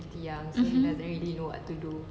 mmhmm